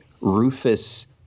Rufus